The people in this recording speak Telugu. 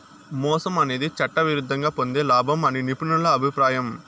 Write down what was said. మోసం అనేది చట్టవిరుద్ధంగా పొందే లాభం అని నిపుణుల అభిప్రాయం